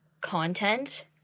content